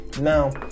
Now